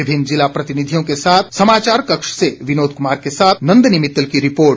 विभिन्न जिला प्रतिनिधियों के साथ समाचार कक्ष से विनोद कुमार के साथ नदिनी मित्तल की रिपोर्ट